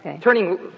turning